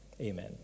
amen